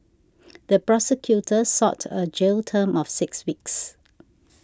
the prosecutor sought a jail term of six weeks